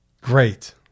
Great